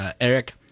Eric